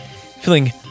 Feeling